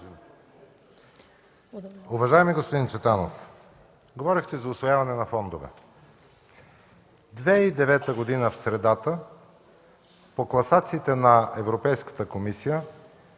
Уважаеми господин Цветанов, говорихте за усвояване на фондове. През 2009 г. в средата по класациите на Европейската комисия